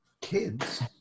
Kids